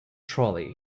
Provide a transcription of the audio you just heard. trolley